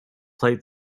plate